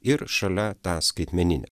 ir šalia tą skaitmeninę